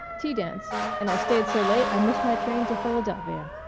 tea dance and i stayed so late i missed my train to philadelphia.